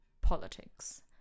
politics